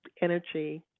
energy